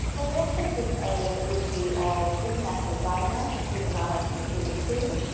we actually did a review of international guidelines, including guidelines from the cdc,